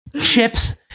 chips